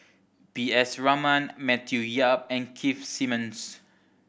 P S Raman Matthew Yap and Keith Simmons